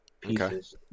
pieces